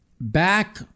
back